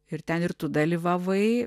ir ten ir tu dalyvavai